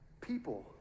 People